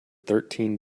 thirteen